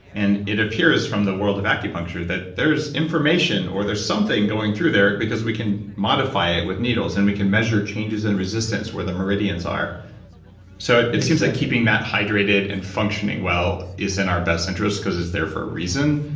and it appears from the world of acupuncture that there's information, or there's something going through there because we can modify it with needles, and we can measure changes in resistance where the meridians are so exactly it seems like keeping that hydrated and functioning well is in our best interest, because it's there for a reason.